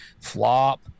Flop